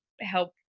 help